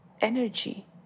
Energy